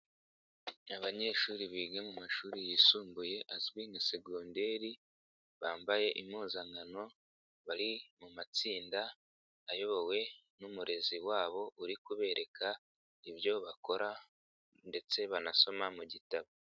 Abanyeshuri biga mu mashuri yisumbuye azwi nka segonderi, bambaye impuzankano, bari mu matsinda ayobowe n'umurezi wabo uri kubereka ibyo bakora, ndetse banasoma mu gitabo.